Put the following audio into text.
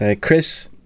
Chris